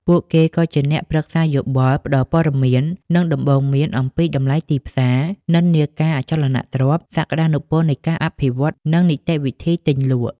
ពួកគេក៏ជាអ្នកប្រឹក្សាយោបល់ ផ្តល់ព័ត៌មាន និងដំបូន្មានអំពីតម្លៃទីផ្សារ និន្នាការអចលនទ្រព្យ សក្តានុពលនៃការអភិវឌ្ឍន៍ និងនីតិវិធីទិញ លក់។